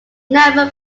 never